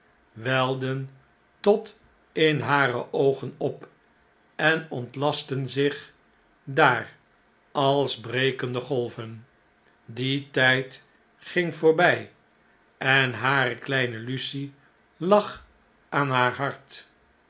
welden tot in hare oogen op en ontlastten zich daar als brekende golven die tjjd ging voorbjj en hare kleme lucie lag aan haar hart